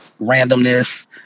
randomness